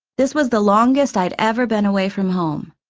this was the longest i'd ever been away from home,